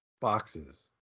boxes